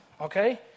okay